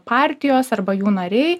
partijos arba jų nariai